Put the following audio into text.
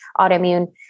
autoimmune